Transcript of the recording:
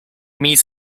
meets